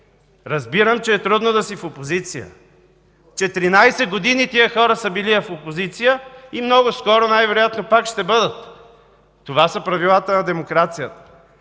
разбирам, че е трудно да си в опозиция. Четиринадесет години тези хора са били в опозиция и много скоро най-вероятно пак ще бъдат. Това са правилата на демокрацията!